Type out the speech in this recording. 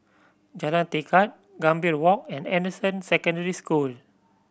Jalan Tekad Gambir Walk and Anderson Secondary School